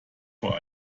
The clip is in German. vor